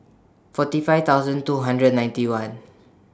forty five thousand two hundred ninety one